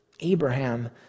Abraham